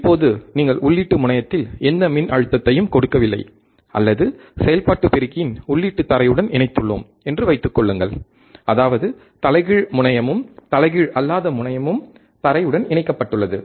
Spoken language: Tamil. இப்போது நீங்கள் உள்ளீட்டு முனையத்தில் எந்த மின்னழுத்தத்தையும் கொடுக்கவில்லை அல்லது செயல்பாட்டு பெருக்கியின் உள்ளீட்டு தரையுடன் இணைத்துள்ளோம் என்று வைத்துக் கொள்ளுங்கள் அதாவது தலைகீழ் முனையமும் தலைகீழ் அல்லாத முனையமும் தரையுடன் இணைக்கப்பட்டுள்ளது